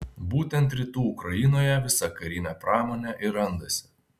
būtent rytų ukrainoje visa karinė pramonė ir randasi